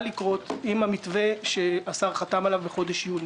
לקרות עם המתווה שהשר חתם עליו בחודש יוני.